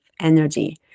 energy